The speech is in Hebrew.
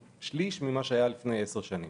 שליש ממספר החיילות ששירתו לפני 10 שנים.